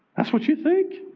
that's what you think.